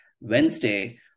Wednesday